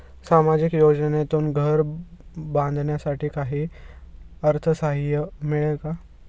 सामाजिक योजनेतून घर बांधण्यासाठी काही अर्थसहाय्य मिळेल का?